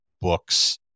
books